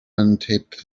untaped